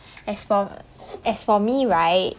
as for as for me right